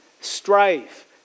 strife